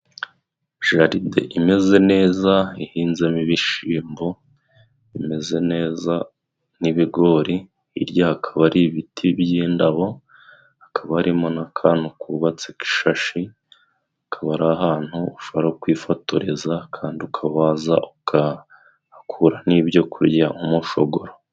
Jalide imeze neza ihinzamo ibishimbo bimeze neza, n'ibigori hirya hakaba hari ibiti by'indabo. Hakaba harimo n'akantu kubatse k'ishashi, akaba ari ahantu ushobora kwifotoreza, kandi ukabaza ukahakura n'ibyokurya nk'umushogoro.